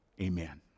Amen